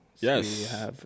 Yes